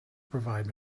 provide